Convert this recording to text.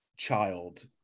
child